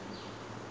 oh !huh!